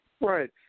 Right